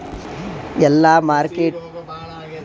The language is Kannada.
ಎಲ್ಲಾ ಮಾರ್ಕಿಟ ರೇಟ್ ನಮ್ ಫೋನದಾಗ ಹೆಂಗ ನೋಡಕೋಬೇಕ್ರಿ?